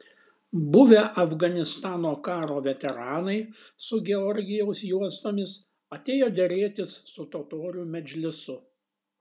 buvę afganistano karo veteranai su georgijaus juostomis atėjo derėtis su totorių medžlisu